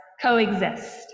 coexist